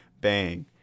bang